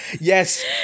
Yes